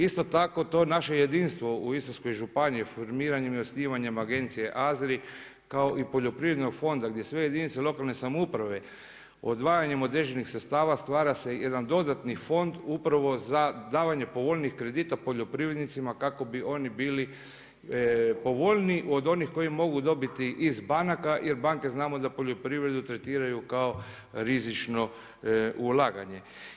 Isto tako to naše jedinstvo u Istarskoj županiji, formiranjem i osnivanjem Agencije AZRRI kao i poljoprivrednog fonda gdje sve jedinice lokalne samouprave odvajanjem određenih sredstava, stvara se jedan dodatni fond upravo za davanje povoljnijih kredita poljoprivrednicima kako bi oni bili povoljniji od onih koji mogu dobiti iz banaka jer banke znamo da poljoprivredu tretiraju kao rizično ulaganje.